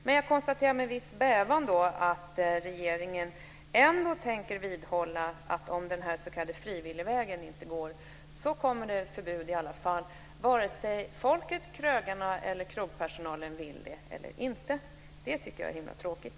Men jag konstaterar med en viss bävan att regeringen, om frivillighetsvägen inte är framkomlig, ändå tänker vidhålla att det ska införas ett förbud, vare sig folket, krögarna eller krogpersonalen vill det eller inte. Det tycker jag är himla tråkigt.